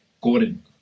Gordon